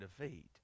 defeat